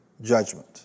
judgment